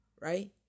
right